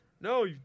No